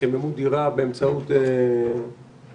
אז פותחים את כל נושא הניקוזים,